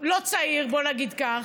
לא צעיר, בואו נגיד כך,